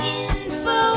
info